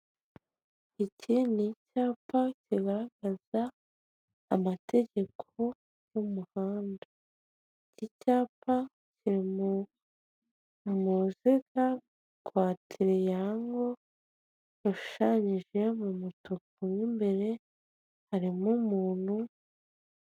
Handitseho irembo ahatangirwa ubufasha ku birebana no kwiyandikisha cyangwa se mu kwishyura imisoro, kwifotoza n'ibindi bijye bitandukanye.